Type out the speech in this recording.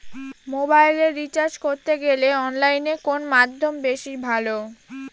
মোবাইলের রিচার্জ করতে গেলে অনলাইনে কোন মাধ্যম বেশি ভালো?